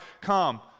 come